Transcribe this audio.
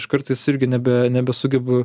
aš kartais irgi nebe nebesugebu